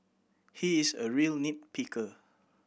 he is a real nit picker